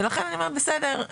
ולכן אני אומרת בסדר,